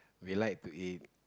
we like to eat